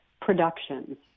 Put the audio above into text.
productions